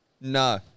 No